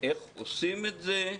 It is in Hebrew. איך עושים את זה.